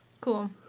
Cool